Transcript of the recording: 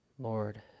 Lord